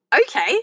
okay